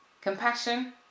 Compassion